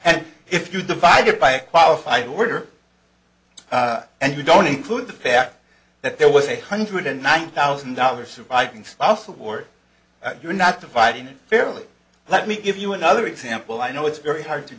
true if you divide it by a qualified order and you don't include the fact that there was a hundred and nine thousand dollars surviving spouse award you're not providing it fairly let me give you another example i know it's very hard to